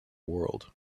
world